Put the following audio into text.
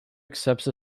accepts